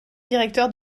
directeur